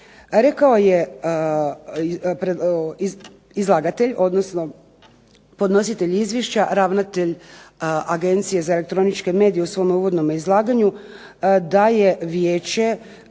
Rekao je izlagatelj odnosno podnositelj izvješća ravnatelj Agencije za elektroničke medije u svom uvodnom izlaganju da je vijeće